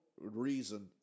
reason